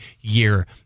year